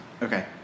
Okay